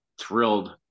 thrilled